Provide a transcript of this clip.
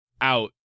out